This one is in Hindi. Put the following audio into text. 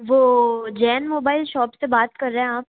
वो जैन मोबाइल शॉप से बात कर रहे हैं आप